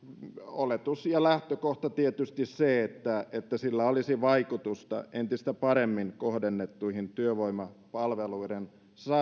oletus ja lähtökohta tietysti on se että että sillä olisi vaikutusta entistä paremmin kohdennettujen työvoimapalveluiden